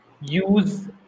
use